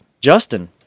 Justin